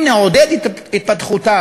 אם נעודד התפתחותם,